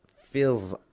feels